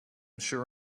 sure